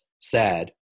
Sad